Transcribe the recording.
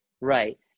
Right